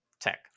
tech